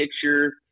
picture